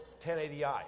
1080i